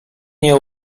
nie